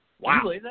Wow